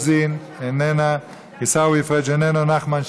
בנדלר ולעוזרי הפרלמנטרי עו"ד יהודה כהן,